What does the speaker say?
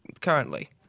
currently